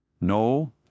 No